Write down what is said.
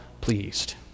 pleased